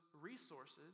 resources